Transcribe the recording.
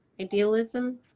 idealism